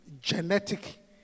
genetic